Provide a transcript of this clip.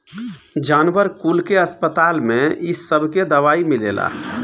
जानवर कुल के अस्पताल में इ सबके दवाई मिलेला